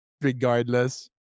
regardless